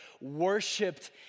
worshipped